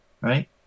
Right